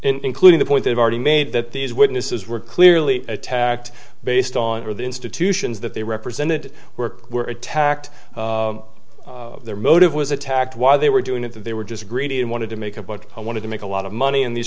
witnesses including the point they've already made that these witnesses were clearly attacked based on the institutions that they represented were were attacked their motive was attacked why they were doing it that they were just greedy and wanted to make up what i wanted to make a lot of money in these